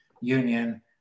Union